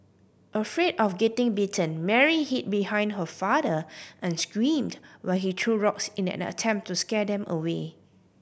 afraid of getting bitten Mary hid behind her father and screamed while he threw rocks in an attempt to scare them away